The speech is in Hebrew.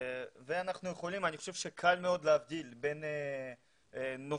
אני חשוב שקל מאוד להבדיל בין נוכלות